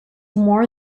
more